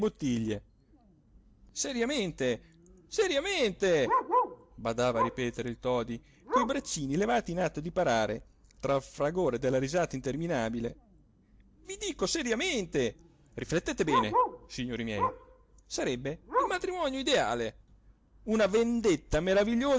bottiglie seriamente seriamente badava a ripetere il todi coi braccini levati in atto di parare tra il fragore della risata interminabile i dico seriamente riflettete bene signori miei sarebbe il matrimonio ideale una vendetta meravigliosa